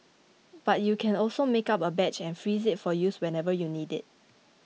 but you can also make up a batch and freeze it for use whenever you need it